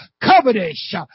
covetous